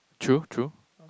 true true